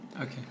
Okay